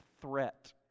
threat